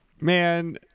Man